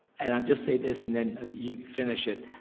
and um just say this and then ah you finish it.